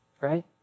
right